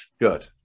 Good